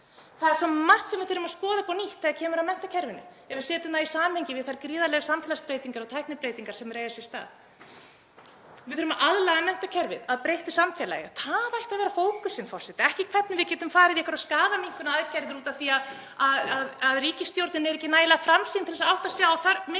Það er svo margt sem við þurfum að skoða upp á nýtt þegar kemur að menntakerfinu ef við setjum það í samhengi við þær gríðarlegu samfélagsbreytingar og tæknibreytingar sem eru að eiga sér stað. Við þurfum að aðlaga menntakerfið að breyttu samfélagi. Það ætti að vera fókusinn, forseti, ekki hvernig við getum farið í einhverjar skaðaminnkunaraðgerðir af því að ríkisstjórnin er ekki nægilega framsýn til að átta sig á mikilvægi